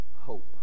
hope